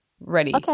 ready